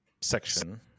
section